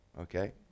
Okay